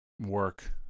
work